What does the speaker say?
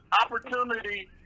opportunity